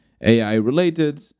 AI-related